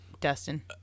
Dustin